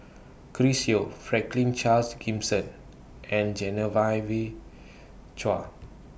Chris Yeo Franklin Charles Gimson and Genevieve Chua